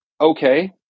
okay